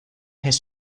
his